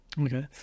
Okay